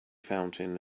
fountain